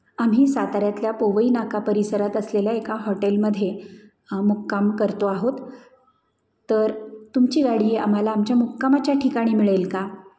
आम्ही साताऱ्यातल्या पोवई नाका परिसरात असलेल्या एका हॉटेलमध्ये मुक्काम करतो आहोत तर तुमची गाडी आम्हाला आमच्या मुक्कामाच्या ठिकाणी मिळेल का